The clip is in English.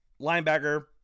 linebacker